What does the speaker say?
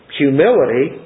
humility